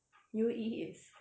U_E is